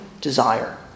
desire